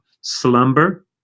Slumber